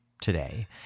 today